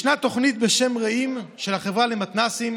ישנה תוכנית בשם "רעים" של החברה למתנ"סים.